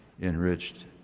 enriched